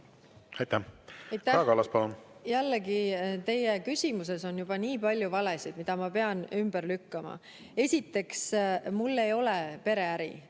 Aitäh! Jällegi, teie küsimuses on nii palju valesid, mida ma pean ümber lükkama. Esiteks, mul ei ole pereäri.